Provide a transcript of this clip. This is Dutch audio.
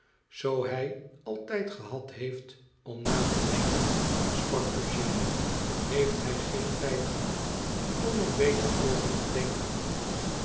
zoo hij al tijd gehad heeft om na te denken sprak eugène heeft hij geen tijd gehad om er beter over te denken